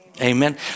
Amen